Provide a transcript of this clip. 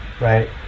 right